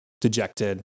dejected